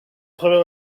travers